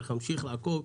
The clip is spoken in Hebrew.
אנחנו נמשיך לעקוב.